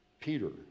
Peter